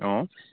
অ